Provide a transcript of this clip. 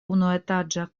unuetaĝa